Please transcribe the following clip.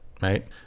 right